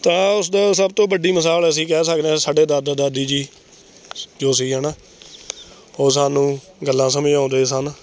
ਤਾਂ ਉਸਦਾ ਸਭ ਤੋਂ ਵੱਡੀ ਮਿਸਾਲ ਅਸੀਂ ਕਹਿ ਸਕਦੇ ਹਾਂ ਸਾਡੇ ਦਾਦਾ ਦਾਦੀ ਜੀ ਜੋ ਸੀ ਹੈ ਨਾ ਉਹ ਸਾਨੂੰ ਗੱਲਾਂ ਸਮਝਾਉਂਦੇ ਸਨ